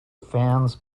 fans